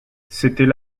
c’était